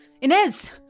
Inez